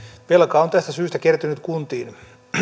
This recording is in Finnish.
velkaa on tästä syystä kertynyt kuntiin